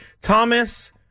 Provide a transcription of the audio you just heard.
Thomas